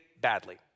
badly